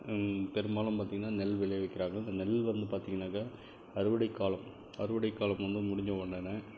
பெரும்பாலும் பார்த்திங்கன்னா நெல் விளைவிற்கிறாங்க அந்த நெல் வந்து பார்த்திங்கனாக்கா அறுவடை காலம் அறுவடை காலம் வந்து முடிஞ்ச உடனே